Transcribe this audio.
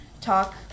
talk